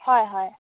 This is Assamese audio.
হয় হয়